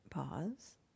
Pause